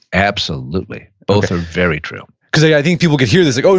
absolutely. both are very true because i think people could hear this, like oh,